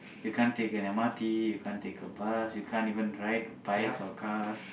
you can't take an M_R_T you can't take bus you can't even ride bikes or cars